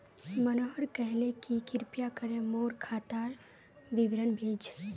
मनोहर कहले कि कृपया करे मोर खातार विवरण भेज